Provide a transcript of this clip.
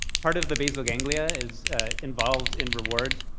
part of the basal ganglia is involved in reward,